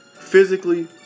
physically